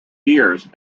years